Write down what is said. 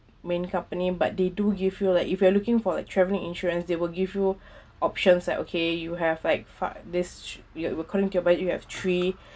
main company but they do give you like if you are looking for like travel insurance they will give you options like okay you have like fi~ this we we're currently you have three